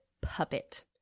puppet